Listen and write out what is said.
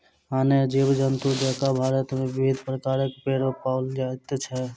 आने जीव जन्तु जकाँ भारत मे विविध प्रकारक भेंड़ पाओल जाइत छै